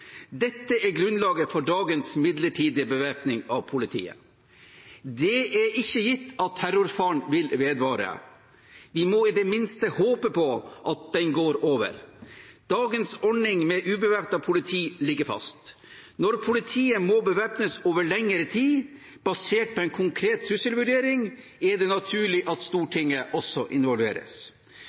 Dette er grunnlaget for dagens midlertidige bevæpning av politiet. Det er ikke gitt at terrorfaren vil vedvare. Vi må i det minste håpe på at den går over. Dagens ordning med ubevæpnet politi ligger fast. Når politiet må bevæpnes over lengre tid basert på en konkret trusselvurdering, er det naturlig at Stortinget også involveres.